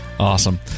Awesome